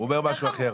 הוא אומר משהו אחר.